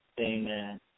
Amen